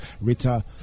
Rita